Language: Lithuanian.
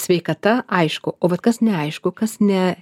sveikata aišku o vat kas neaišku kas ne